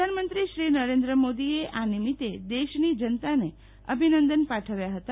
પ્રધાનમંત્રી શ્રી નરેન્દ્ર મોદીએ આ નિમિતે દેશની જનતાને અભિનંદન પાઠવ્યા ફતા